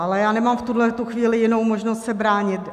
Ale já nemám v tuhle chvíli jinou možnost se bránit.